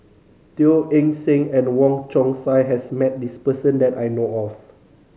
Teo Eng Seng and Wong Chong Sai has met this person that I know of